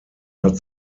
hat